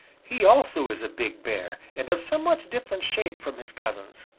he also is a big bear, and of somewhat different shape from his cousins.